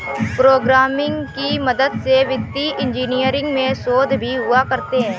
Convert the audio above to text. programming की मदद से वित्तीय इन्जीनियरिंग में शोध भी हुआ करते हैं